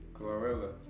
Glorilla